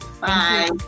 Bye